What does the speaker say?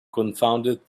confounded